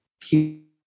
keep